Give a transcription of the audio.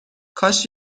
کاش